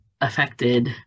affected